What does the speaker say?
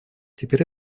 теперь